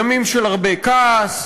ימים של הרבה כעס,